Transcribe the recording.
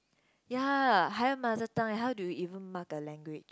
ya higher mother tongue eh how do you even mug a language